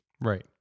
Right